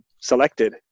selected